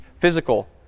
physical